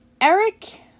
Eric